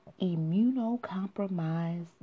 immunocompromised